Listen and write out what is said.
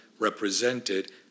represented